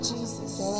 Jesus